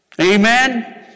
Amen